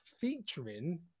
featuring